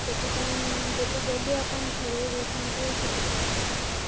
ସେଥିପାଇଁ ଯେତେ ଜଲ୍ଦି ଆପଣ ଫେରାଇ ଦେଇ ଥାଆନ୍ତେ ସେତେ ଭଲ ହେଇ ଥାଆନ୍ତା